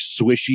swishy